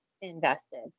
invested